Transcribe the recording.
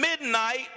midnight